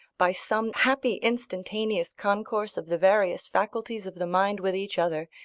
by some happy instantaneous concourse of the various faculties of the mind with each other,